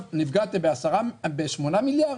נפגעתם ב-8 מיליארד,